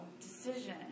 decision